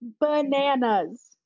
Bananas